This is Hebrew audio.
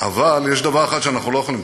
אבל יש דבר אחד שאנחנו לא יכולים לקבל,